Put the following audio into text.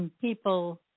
people